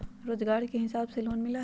रोजगार के हिसाब से लोन मिलहई?